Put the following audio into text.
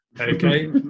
okay